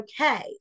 okay